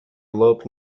lop